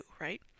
right